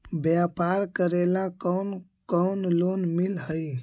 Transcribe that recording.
व्यापार करेला कौन कौन लोन मिल हइ?